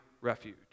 refuge